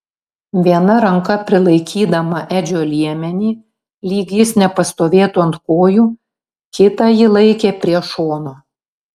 viena ranka prilaikydama edžio liemenį lyg jis nepastovėtų ant kojų kitą ji laikė prie šono